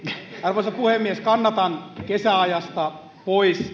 arvoisa puhemies kannatan kesäajasta pois